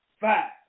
five